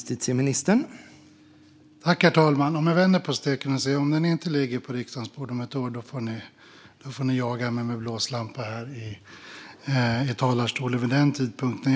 Herr talman! Jag vänder på steken och säger att om detta inte ligger på riksdagens bord om ett år får ni jaga mig med blåslampa här i talarstolen vid den tidpunkten.